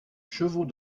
chevaux